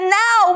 now